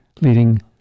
leading